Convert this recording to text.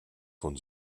von